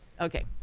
Okay